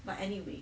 but anyway